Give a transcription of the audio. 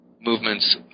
movements